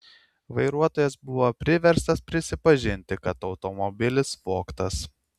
vairuotojas buvo priverstas prisipažinti kad automobilis vogtas